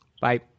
Bye